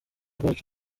rwacu